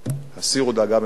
אבל בואו נקיים את הדיון,